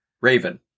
Raven